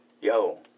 Yo